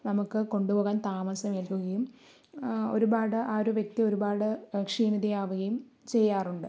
നമുക്ക് കൊണ്ടുപോകാൻ താമസമേൽക്കുകയും ഒരുപാട് ആ ഒരു വ്യക്തി ഒരുപാട് ക്ഷീണിതയാവുകയും ചെയ്യാറുണ്ട്